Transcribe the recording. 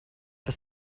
for